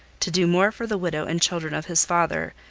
to do more for the widow and children of his father,